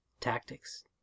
tactics